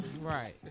Right